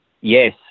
Yes